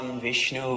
Vishnu